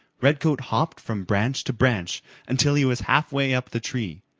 redcoat hopped from branch to branch until he was halfway up the tree.